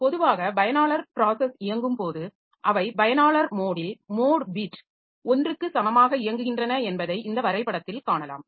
பொதுவாக பயனாளர் ப்ராஸஸ் இயங்கும்போது அவை பயனாளர் மோடில் மோட் பிட் 1 க்கு சமமாக இயங்குகின்றன என்பதை இந்த வரைபடத்தில் காணலாம்